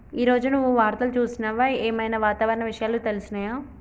ఈ రోజు నువ్వు వార్తలు చూసినవా? ఏం ఐనా వాతావరణ విషయాలు తెలిసినయా?